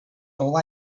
all